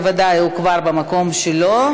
בוודאי הוא כבר במקום שלו,